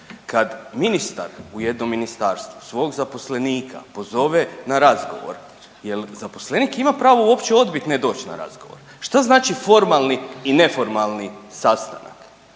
Kada ministar u jednom ministarstvu svog zaposlenika pozove na razgovor, jel' zaposlenik ima pravo uopće odbiti ne doći na razgovor? Što znači formalni i neformalni sastanak?